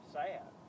sad